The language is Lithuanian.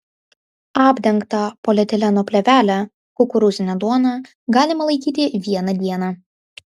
apdengtą polietileno plėvele kukurūzinę duoną galima laikyti vieną dieną